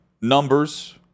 numbers